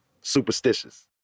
Superstitious